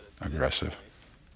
aggressive